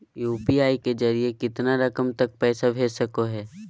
UPI के जरिए कितना रकम तक पैसा भेज सको है?